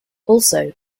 also